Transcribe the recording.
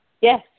Yes